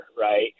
Right